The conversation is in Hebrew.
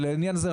לעניין זה,